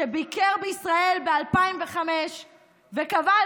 שביקר בישראל ב-2005 וקבע,